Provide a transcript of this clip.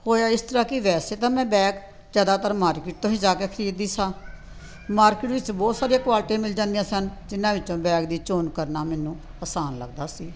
ਹੋਇਆ ਇਸ ਤਰ੍ਹਾਂ ਕਿ ਵੈਸੇ ਤਾਂ ਮੈਂ ਬੈਗ ਜ਼ਿਆਦਾਤਰ ਮਾਰਕੀਟ ਤੋਂ ਹੀ ਜਾ ਕੇ ਖਰੀਦ ਦੀ ਸਾਂ ਮਾਰਕੀਟ ਵਿੱਚ ਬਹੁਤ ਸਾਰੀਆਂ ਕੁਆਲਿਟੀਆਂ ਮਿਲ ਜਾਂਦੀਆਂ ਸਨ ਜਿਹਨਾਂ ਵਿੱਚੋਂ ਬੈਗ ਦੀ ਚੋਣ ਕਰਨਾ ਮੈਨੂੰ ਅਸਾਨ ਲੱਗਦਾ ਸੀ